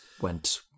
went